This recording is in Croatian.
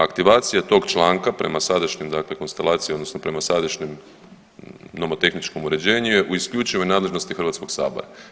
Aktivacija toga članka prema sadašnjoj dakle konstalaciji odnosno prema sadašnjem nomotehničkom uređenju je u isključivoj nadležnosti Hrvatskoga sabora.